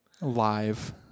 live